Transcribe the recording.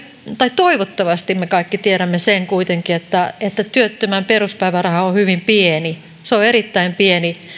tai toivottavasti me kaikki tiedämme että että työttömän peruspäiväraha on hyvin pieni se on erittäin pieni